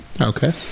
Okay